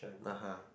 (uh huh)